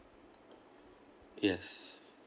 yes